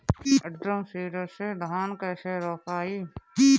Drum seeder से धान कैसे रोपाई?